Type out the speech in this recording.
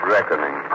Reckoning